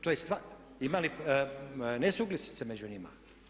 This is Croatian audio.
To je, ima li nesuglasica među njima?